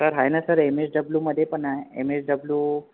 sir आहे ना sir M S डब्ल्यूमधे पण आहे एम एस डब्ल्यू